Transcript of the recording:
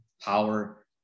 power